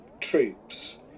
troops